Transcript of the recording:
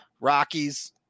Rockies